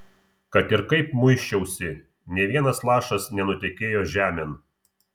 kad ir kaip muisčiausi nė vienas lašas nenutekėjo žemėn